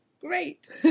great